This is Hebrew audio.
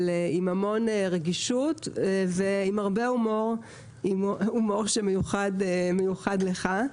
אבל עם המון רגישות ועם הומור שמיוחד לך.